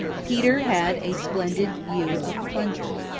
peter had a splendid view of plunger.